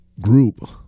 group